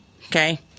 okay